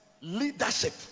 leadership